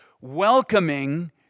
welcoming